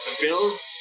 Bill's